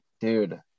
dude